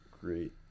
Great